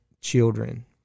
children